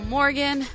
Morgan